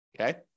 okay